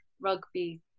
rugby